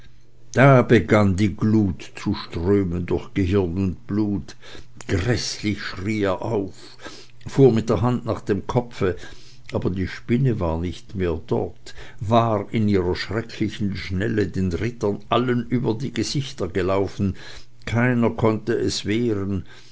da begann die glut zu strömen durch gehirn und blut gräßlich schrie er auf fuhr mit der hand nach dem kopfe aber die spinne war nicht mehr dort war in ihrer schrecklichen schnelle den rittern allen über ihre gesichter gelaufen keiner konnte es wehren